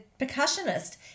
percussionist